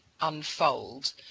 unfold